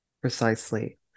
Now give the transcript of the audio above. precisely